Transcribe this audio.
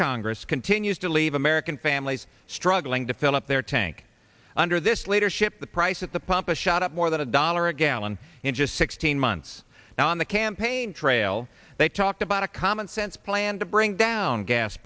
congress can when used to leave american families struggling to fill up their tank under this leadership the price at the pump a shot up more than a dollar a gallon in just sixteen months now on the campaign trail they talked about a commonsense plan to bring down gas